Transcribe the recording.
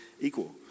equal